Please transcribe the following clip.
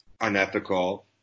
unethical